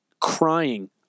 crying